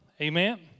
Amen